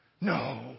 No